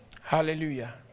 Hallelujah